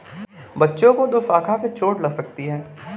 बच्चों को दोशाखा से चोट लग सकती है